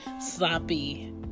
sloppy